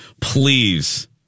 please